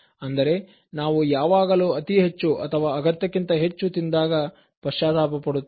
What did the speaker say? ಅಂದರೆ ನಾವು ಯಾವಾಗಲೂ ಅತಿ ಹೆಚ್ಚು ಅಥವಾ ಅಗತ್ಯಕ್ಕಿಂತ ಹೆಚ್ಚು ತಿಂದಾಗ ಪಶ್ಚಾತಾಪ ಪಡುತ್ತೇವೆ